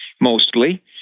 mostly